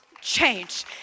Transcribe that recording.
change